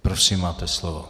Prosím, máte slovo.